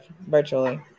virtually